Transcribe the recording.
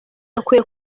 yakuwe